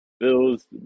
Bills